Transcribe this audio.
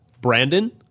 Brandon